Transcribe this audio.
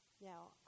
Now